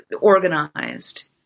organized